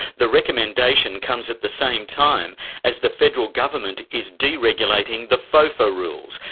the recommendation comes at the same time as the federal government is deregulating the fofa rules,